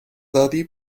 daddy